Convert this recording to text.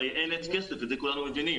הרי אין עץ כסף, את זה כולנו מבינים.